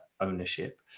ownership